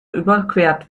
überquert